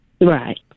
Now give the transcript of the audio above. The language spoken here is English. Right